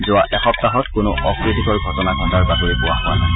যোৱা এসপ্তাহত কোনো অপ্ৰীতিকৰ ঘটনা ঘটাৰ বাতৰি পোৱা হোৱা নাই